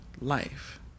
life